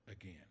again